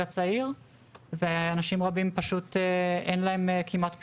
הצעיר ואנשים רבים פשוט אין להם כמעט פתרון.